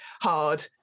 hard